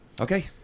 Okay